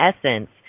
essence